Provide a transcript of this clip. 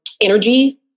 energy